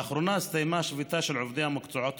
לאחרונה הסתיימה השביתה של עובדי המקצועות